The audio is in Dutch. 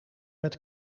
met